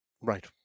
Right